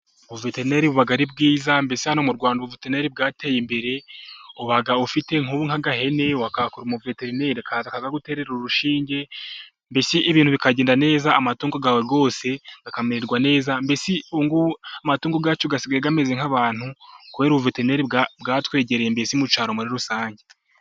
Ubuveteneri buba ari bwiza mbese hano mu rwanda ubuveterineri bwateye imbere, uba ufite nk'agahene wahamagara veterineri akakaguterera urushinge, mbese ibintu bikagenda neza amatungo yawe rwose akamererwa neza. Mbese amatungo asigaye yarabaye nk'abantu kubera ubuveteneri bwatwegereye mbesi mucyaro muri rusange